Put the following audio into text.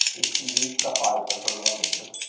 that she reached the height of her loveliness.